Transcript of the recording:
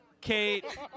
Kate